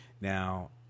Now